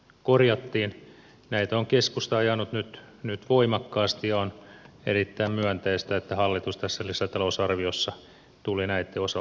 näitä on keskusta ajanut nyt voimakkaasti ja on erittäin myönteistä että hallitus tässä lisätalousarviossa tuli näitten osalta vastaan